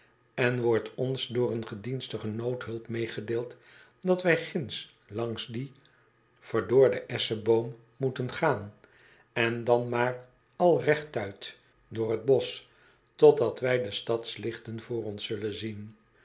en wordt ons door een gedienstige noodhulp meegedeeld dat wij ginds langs dien verdorden esscheboom moeten gaan en dan maar al rechtuit door t bosch totdat wij de stadslichten voor ons zullen zien